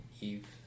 Eve